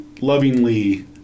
lovingly